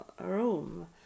room